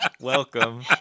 Welcome